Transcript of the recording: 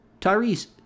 Tyrese